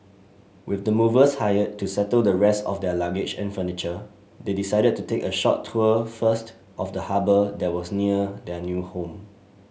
with the movers hired to settle the rest of their luggage and furniture they decided to take a short tour first of the harbour that was near their new home